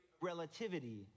relativity